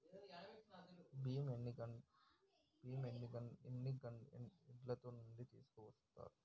బీమా ఎన్ని ఏండ్ల నుండి తీసుకోవచ్చు?